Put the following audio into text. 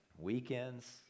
weekends